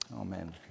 Amen